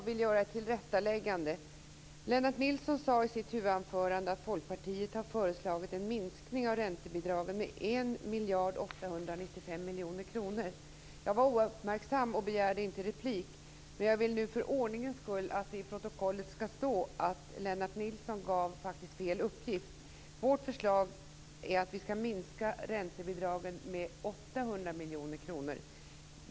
Herr talman! Jag vill göra ett tillrättaläggande. Folkpartiet har föreslagit en minskning av räntebidragen med 1 miljard 895 miljoner kronor. Jag var ouppmärksam och begärde inte replik. Men jag vill att det för ordningens skull i protokollet skall stå att Vårt förslag är att räntebidragen skall minskas med 800 miljoner kronor.